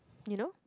you know